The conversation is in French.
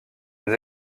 des